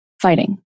fighting